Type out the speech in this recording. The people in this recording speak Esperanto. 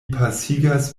pasigas